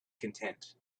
content